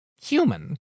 human